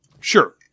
Sure